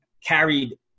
carried